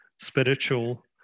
spiritual